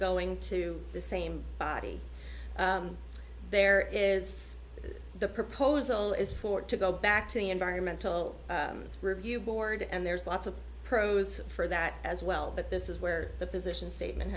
going to the same body there is the proposal is for it to go back to the environmental review board and there's lots of pros for that as well but this is where the position statement